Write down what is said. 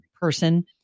person